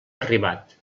arribat